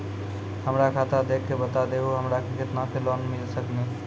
हमरा खाता देख के बता देहु हमरा के केतना के लोन मिल सकनी?